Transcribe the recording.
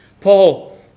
Paul